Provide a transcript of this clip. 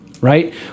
right